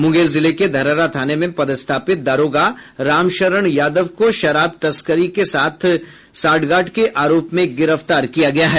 मुंगेर जिले के धरहरा थाने में पदस्थापित दारोगा राम शरण यादव को शराब तस्कर के साथ सांठ गांठ के आरोप में गिरफ्तार किया गया है